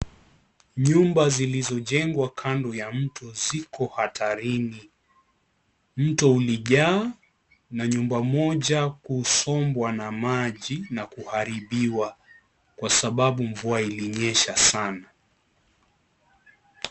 Nyumba zilizojengwa karibu na mto ziko hatarini. Mto ulijaa na nyumba moja kusombwa na maji na kuharibiwa, kwa sababu mvua ilinyesha sana.